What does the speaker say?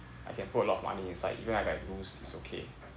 I can put a lot of money inside even if I like lose is okay